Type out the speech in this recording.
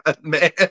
man